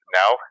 now